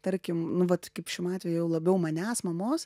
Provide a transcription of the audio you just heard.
tarkim nu vat kaip atveju labiau manęs mamos